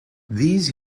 these